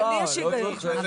בסדר,